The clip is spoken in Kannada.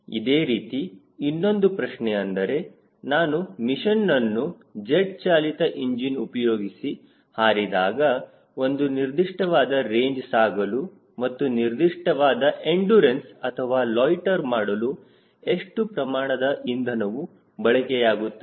ಇದೇ ರೀತಿ ಇನ್ನೊಂದು ಪ್ರಶ್ನೆ ಅಂದರೆ ನಾನು ಮಷೀನ್ನನ್ನು ಜೆಟ್ ಚಾಲಿತ ಇಂಜಿನ್ ಉಪಯೋಗಿಸಿ ಹಾರಿದಾಗ ಒಂದು ನಿರ್ದಿಷ್ಟವಾದ ರೇಂಜ್ ಸಾಗಲು ಮತ್ತು ನಿರ್ದಿಷ್ಟವಾದ ಎಂಡುರನ್ಸ್ ಅಥವಾ ಲೊಯ್ಟ್ಟೆರ್ ಮಾಡಲು ಎಷ್ಟು ಪ್ರಮಾಣದ ಇಂಧನವು ಬಳಕೆಯಾಗುತ್ತದೆ